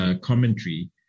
commentary